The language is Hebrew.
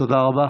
תודה רבה.